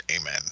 amen